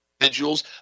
individuals